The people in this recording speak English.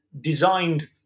designed